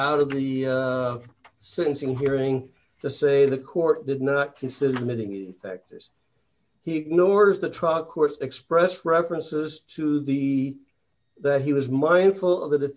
out of the syncing hearing to say the court did not consider limiting factors he ignores the truck course expressed references to the that he was mindful of the